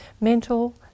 mental